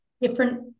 different